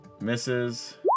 Misses